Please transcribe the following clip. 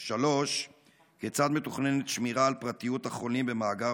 3. כיצד מתוכננת שמירה על פרטיות החולים במאגר